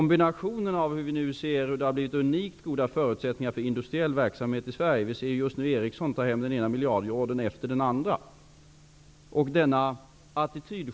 Man säger inte längre att samhället, dvs. staten, dvs. farbror Politikern, skall lösa ens problem utan att man själv inte bara har ansvar utan också möjligheter.